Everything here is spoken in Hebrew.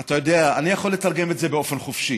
אתה יודע, אני יכול לתרגם את זה באופן חופשי: